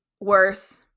Worse